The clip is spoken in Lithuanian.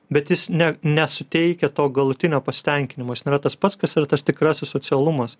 bet jis ne nesuteikia to galutinio pasitenkinimo jis nėra tas pats kas yra tas tikrasis socialumas